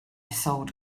sold